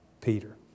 Peter